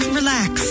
Relax